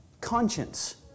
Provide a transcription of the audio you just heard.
conscience